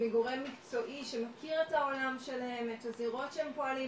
מגורם מקצועי שמכיר את העולם של הזירות שהם פועלים,